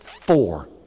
four